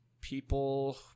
people